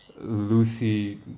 Lucy